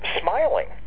smiling